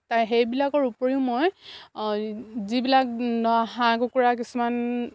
তাৰ সেইবিলাকৰ উপৰিও মই যিবিলাক হাঁহ কুকুৰা কিছুমান